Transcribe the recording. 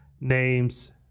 name's